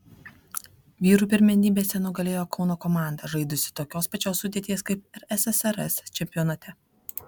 vyrų pirmenybėse nugalėjo kauno komanda žaidusi tokios pačios sudėties kaip ir ssrs čempionate